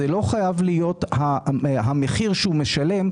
זה לא חייב להיות המחיר שישלם,